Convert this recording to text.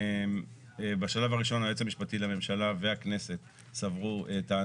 בשלב הראשון היועץ המשפטי לממשלה והכנסת טענו